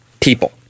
people